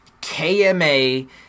KMA